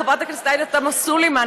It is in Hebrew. חברת הכנסת עאידה תומא סלימאן,